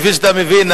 כפי שאתה מבין,